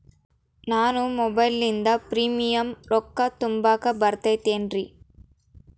ನಾನು ಮೊಬೈಲಿನಿಂದ್ ಪ್ರೇಮಿಯಂ ರೊಕ್ಕಾ ತುಂಬಾಕ್ ಬರತೈತೇನ್ರೇ?